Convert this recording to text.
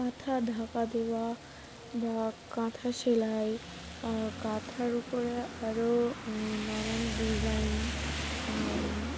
কাঁথা ঢাকা দেওয়া বা কাঁথা সেলাই কাঁথার উপরে আরও নানান ডিজাইন